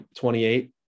28